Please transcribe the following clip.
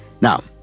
Now